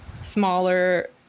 smaller